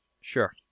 Sure